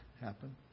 happen